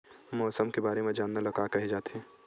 मौसम के बारे म जानना ल का कहे जाथे?